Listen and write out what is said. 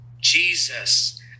Jesus